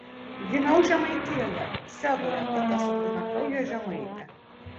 gimiau žemaitijoje sedoje tad esu grynakraujė žemaitė